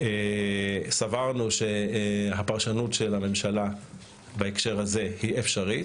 סברנו שהפרשנות של הממשלה בהקשר הזה היא אפשרית